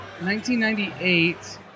1998